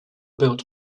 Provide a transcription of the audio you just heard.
built